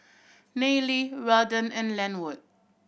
Nayely Weldon and Lenwood